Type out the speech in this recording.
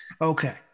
Okay